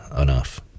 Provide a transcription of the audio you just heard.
enough